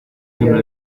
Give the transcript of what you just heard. siempre